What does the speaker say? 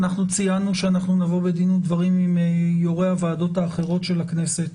ציינו שנבוא בדין ודברים עם יושבות-ראש הוועדות האחרות של הכנסת,